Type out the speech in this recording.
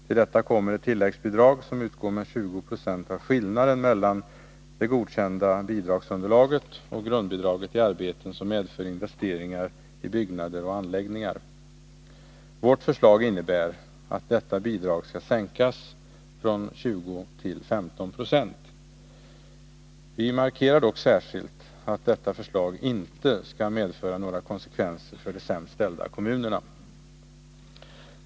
Till detta kommer ett tilläggsbidrag, som utgår med 20 96 av skillnaden mellan det godkända bidragsunderlaget och grundbidraget i arbeten som medför investeringar i byggnader och anläggningar. Vårt förslag innebär att detta bidrag skall sänkas från 20 Yo till 15 26. Vi markerar dock särskilt att detta förslag inte skall medföra några konsekvenser för de sämst ställda kommunerna.